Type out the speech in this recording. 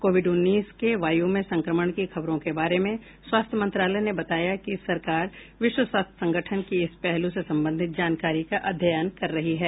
Covid उन्नीस के वायु में संक्रमण की खबरों के बारे में स्वास्थ्य मंत्रालय ने बताया कि सरकार विश्व स्वास्थ्य संगठन की इस पहलू से संबंधित जानकारी का अध्ययन कर रही है